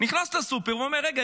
נכנס לסופר ואומר: רגע,